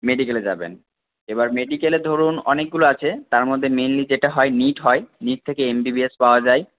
মেডিকেলে যাবেন এবার মেডিকেলের ধরুন অনেকগুলো আছে তার মধ্যে মেনলি যেটা হয় নীট হয় নীট থেকে এমবিবিএস পাওয়া যায়